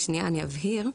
שנייה, אני אבהיר: